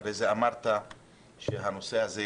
אחרי זה אמרת שהנושא הזה ירד,